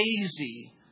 lazy